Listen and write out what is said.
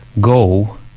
go